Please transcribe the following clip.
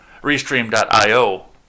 Restream.io